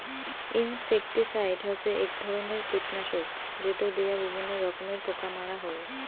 insecticide হসে এক ধরণের কীটনাশক যেটো দিয়া বিভিন্ন রকমের পোকা মারা হই